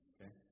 Okay